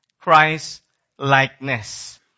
Christ-likeness